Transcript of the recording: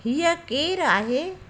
हीअं केरु आहे